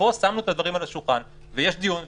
פה שמנו את הדברים על השולחן, ויש דיון ברור.